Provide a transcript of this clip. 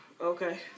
Okay